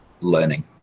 learning